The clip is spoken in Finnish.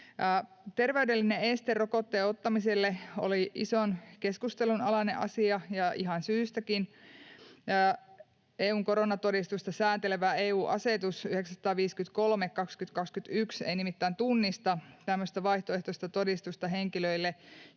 Terveydellinen este rokotteen ottamiselle oli ison keskustelun alainen asia, ja ihan syystäkin. EU:n koronatodistusta sääntelevä EU-asetus 953/2021 ei nimittäin tunnista tämmöistä vaihtoehtoista todistusta henkilöille,